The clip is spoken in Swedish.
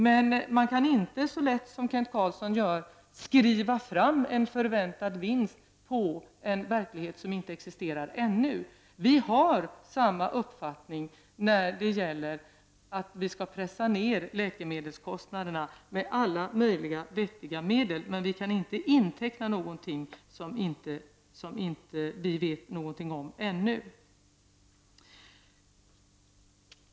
Men man kan inte så lätt som Kent Carlsson vill göra nu ”skriva fram” en förväntad vinst på en verksamhet som inte existerar ännu. Vi har samma uppfattning i fråga om att vi skall pressa ner läkemedelskostnaderna med alla möjliga vettiga medel. Men vi kan inte inteckna någonting som vi inte ännu vet någonting om.